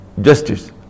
justice